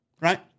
right